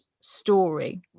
story